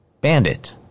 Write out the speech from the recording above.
Bandit